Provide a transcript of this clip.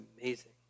amazing